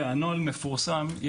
הנוהל מפורסם.